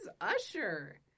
Usher